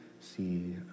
see